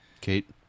Kate